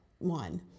one